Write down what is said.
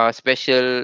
special